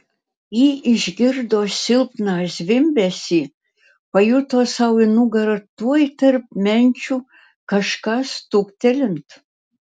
ji išgirdo silpną zvimbesį pajuto sau į nugarą tuoj tarp menčių kažką stuktelint